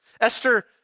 Esther